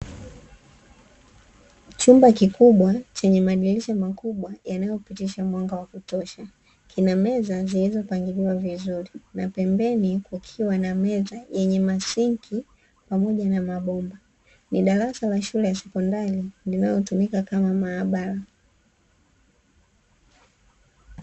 Chumba kikubwa chenye madirisha makubwa yanayopitisha mwanga wa kutosha. Kina meza zilizopangiliwa vizuri na pembeni kukiwa na meza yenye masinki pamoja na mabomba. Ni darasa la shule ya sekondari, linalotumika kama maabara.